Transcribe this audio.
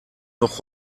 noch